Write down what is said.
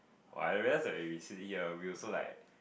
I realise that when we sitting here we also like